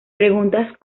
preguntas